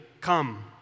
come